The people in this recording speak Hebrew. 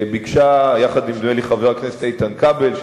נדמה לי יחד עם חבר הכנסת איתן כבל,